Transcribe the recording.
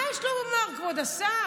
מה יש לומר, כבוד השר?